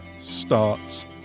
starts